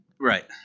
Right